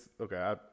Okay